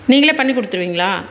நீங்களே பண்ணிக்கொடுத்துருவீங்களா